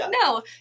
no